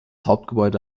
hauptgebäude